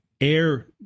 air